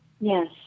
Yes